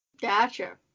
Gotcha